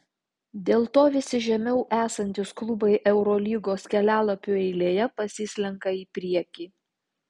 dėl to visi žemiau esantys klubai eurolygos kelialapių eilėje pasislenka į priekį